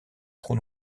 trou